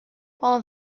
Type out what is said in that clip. while